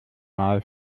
mal